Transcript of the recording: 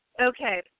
Okay